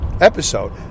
Episode